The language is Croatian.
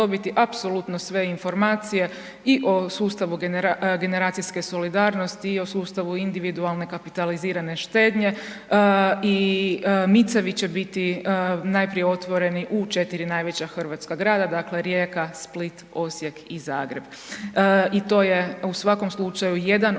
dobiti apsolutno sve informacije i o sustavu generacijske solidarnosti i o sustavu individualne kapitalizirane štednje i MIC-evi će biti najprije otvoreni u 4 najveća hrvatska grada, dakle Rijeka, Split, Osijek i Zagreb i to je u svakom slučaju, jedan od